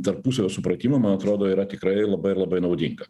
tarpusavio supratimo man atrodo yra tikrai labai labai naudinga